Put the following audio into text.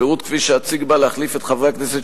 הפירוט שאציג בא להחליף את חברי הכנסת